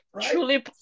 Truly